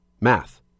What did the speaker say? Math